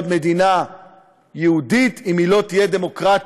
מדינה יהודית אם היא לא תהיה דמוקרטית.